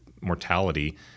mortality